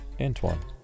Antoine